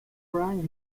frank